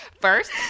first